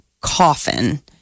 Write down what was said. coffin